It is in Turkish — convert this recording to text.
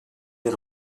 yer